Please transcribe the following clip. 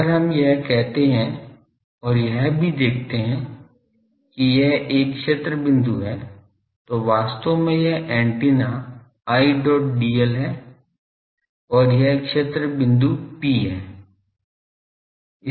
अगर हम यह कहते हैं और यह भी देखते हैं कि यह एक क्षेत्र बिंदु है तो वास्तव में यह एंटीना Idl है और यह क्षेत्र बिंदु P है